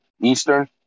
Eastern